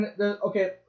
Okay